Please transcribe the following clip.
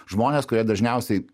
žmonės kurie dažniausiai